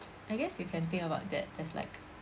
I guess you can think about that as like